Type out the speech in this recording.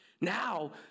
Now